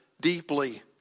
deeply